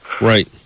Right